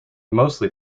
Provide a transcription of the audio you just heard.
mostly